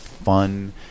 fun